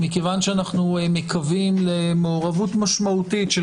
כיוון שאנו מקווים למעורבות משמעותית של